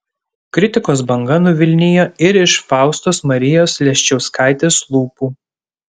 kritikos banga nuvilnijo ir iš faustos marijos leščiauskaitės lūpų